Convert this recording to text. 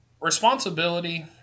Responsibility